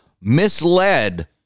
misled